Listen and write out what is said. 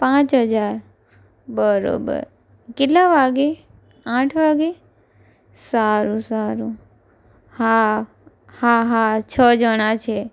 પાંચ હજાર બરોબર કેટલા વાગે આઠ વાગે સારું સારું હા હા હા છ જણા છે